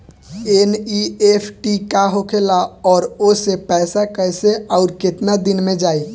NEFT का होखेला और ओसे पैसा कैसे आउर केतना दिन मे जायी?